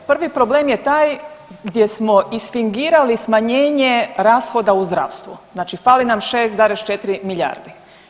Prvi problem je taj gdje smo isfingirali smanjenje rashoda u zdravstvu, znači, fali nam 6,4 milijardi.